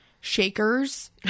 Shakers